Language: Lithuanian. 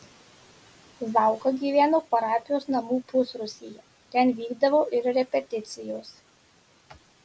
zauka gyveno parapijos namų pusrūsyje ten vykdavo ir repeticijos